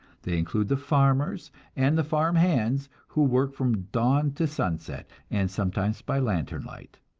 they include the farmers and the farm-hands, who work from dawn to sunset, and sometimes by lantern light.